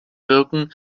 wirken